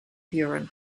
buren